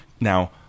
Now